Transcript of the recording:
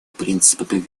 принципами